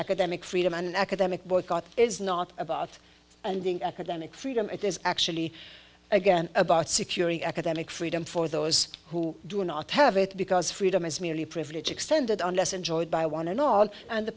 academic freedom an academic boycott is not about and being academic freedom it is actually again about securing academic freedom for those who do not have it because freedom is merely a privilege extended unless enjoyed by one and all and the